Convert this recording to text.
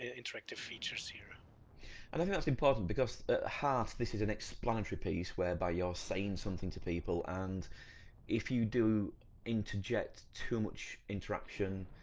interactive features here. and i think that's important because at heart this is an explanatory piece whereby you're saying something to people, and if you do interject too much interaction,